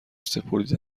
سپردی